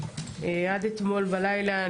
עד אתמול בלילה,